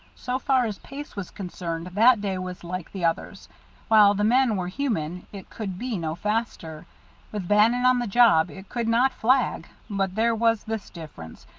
so far as pace was concerned that day was like the others while the men were human it could be no faster with bannon on the job it could not flag but there was this difference,